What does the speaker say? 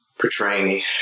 portraying